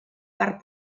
part